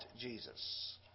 Jesus